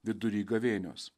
vidury gavėnios